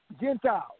Gentiles